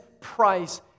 price